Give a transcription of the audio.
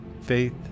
faith